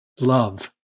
love